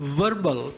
verbal